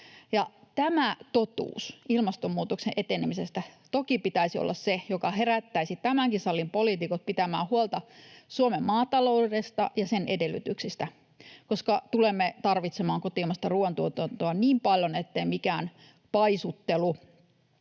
Totuuden ilmastonmuutoksen etenemisestä toki pitäisi olla se, mikä herättäisi tämänkin salin poliitikot pitämään huolta Suomen maataloudesta ja sen edellytyksistä, koska tulemme tarvitsemaan kotimaista ruuantuotantoa niin paljon, ettei mikään paisuttelu